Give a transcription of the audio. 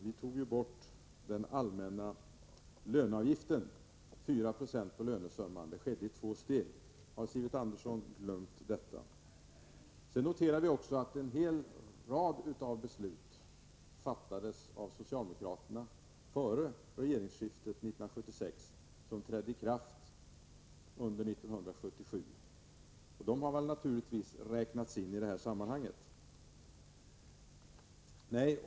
Vi tog bort den allmänna löneavgiften — 4 96 på lönesumman. Detta skedde i två steg. Har Sivert Andersson glömt det? Man kan också notera att en hel rad beslut om skattehöjningar fattades av socialdemokraterna före regeringsskiftet 1976, och dessa beslut trädde i kraft under 1977. Dessa skattehöjningar har naturligtvis räknats in i detta sammanhang.